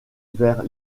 vers